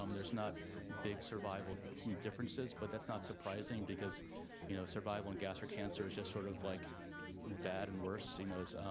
um there's not big survival differences, but that's not surprising because you know survival in gastric cancer is just sort of like bad and worse, you know